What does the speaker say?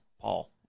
Paul